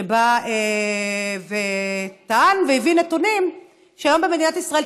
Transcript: שבא וטען והביא נתונים שהיום במדינת ישראל,